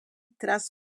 tras